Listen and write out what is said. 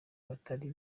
batari